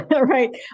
Right